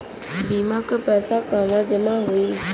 बीमा क पैसा कहाँ जमा होई?